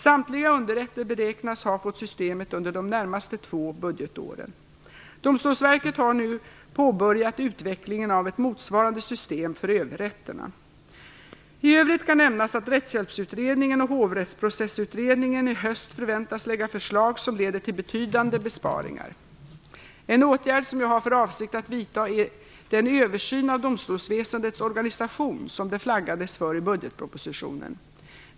Samtliga underrätter beräknas ha fått systemet under de närmaste två budgetåren. Domstolsverket har nu påbörjat utvecklingen av ett motsvarande system för överrätterna. I övrigt kan nämnas att Rättshjälpsutredningen och Hovrättsprocessutredningen i höst förväntas lägga förslag som leder till betydande besparingar. En åtgärd som jag har för avsikt att vidta är den översyn av domstolsväsendets organisation som det flaggades för i budgetpropositionen.